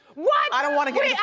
what! i don't wanna get yeah